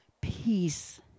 Peace